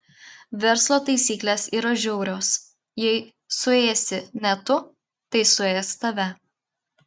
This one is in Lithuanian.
verslo taisyklės yra žiaurios jei suėsi ne tu tai suės tave